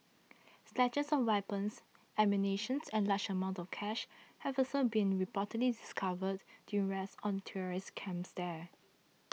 stashes of weapons ammunition and large amounts of cash have also been reportedly discovered during raids on terrorist camps there